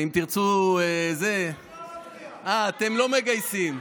אם תרצו, אה, אתם לא מגייסים.